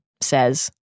says